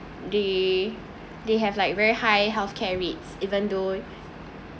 they they have like very high health care rate even though